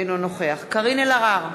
אינו נוכח קארין אלהרר,